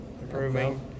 improving